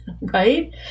Right